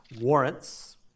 warrants